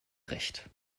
recht